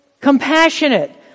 compassionate